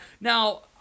Now